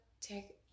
take